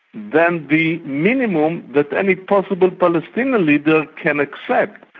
than the minimum that any possible palestinian leader can accept.